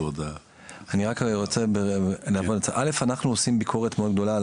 אנחנו עושים ביקורת מאוד גדולה על